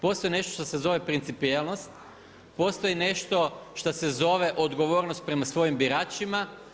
Postoji nešto što se zove principijelnost, postoji nešto što se zove odgovornost prema svojim biračima.